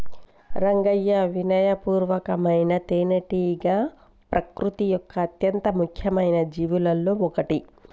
రంగయ్యా వినయ పూర్వకమైన తేనెటీగ ప్రకృతి యొక్క అత్యంత ముఖ్యమైన జీవులలో ఒకటి